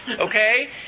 okay